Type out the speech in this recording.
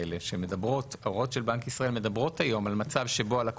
אנחנו מסירים את "באופן שבו המנפיק מוסר הודעות לאותו